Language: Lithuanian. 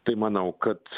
tai manau kad